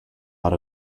out